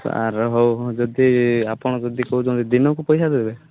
sir ହଉ ଯଦି ଆପଣ ଯଦି କହୁଛନ୍ତି ଦିନକୁ ପଇସା ଦେବେ